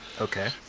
Okay